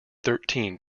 thirteen